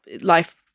life